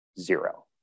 zero